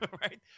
Right